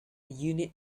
unit